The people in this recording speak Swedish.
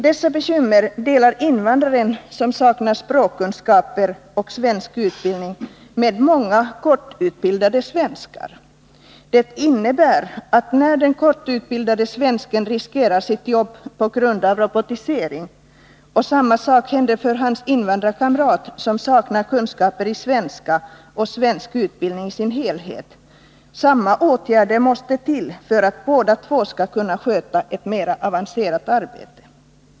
Dessa bekymmer delar invandraren som saknar språkkunskaper och svensk utbildning med många kortutbildade svenskar. Det innebär, att när den kortutbildade svensken riskerar sitt jobb på grund av robotisering och samma sak händer för hans invandrarkamrat som saknar kunskaper i svenska och svensk utbildning i sin helhet, måste samma åtgärder till för att båda två skall kunna sköta ett mer avancerat arbete.